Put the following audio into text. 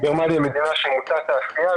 גרמניה היא מדינה מוטת תעשייה,